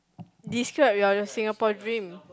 describe your your Singapore dream